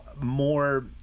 more